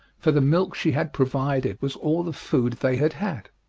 for the milk she had provided was all the food they had had.